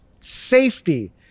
Safety